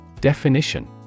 Definition